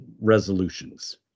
resolutions